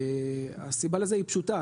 הסיבה לזה היא פשוטה,